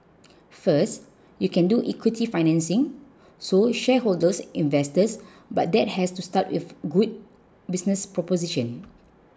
first you can do equity financing so shareholders investors but that has to start with a good business proposition